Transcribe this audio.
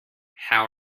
how